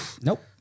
Nope